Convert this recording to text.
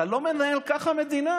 אתה לא מנהל ככה מדינה,